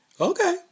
Okay